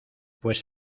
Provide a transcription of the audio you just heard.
pues